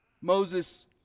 Moses